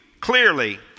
clearly